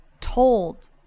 told